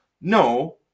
No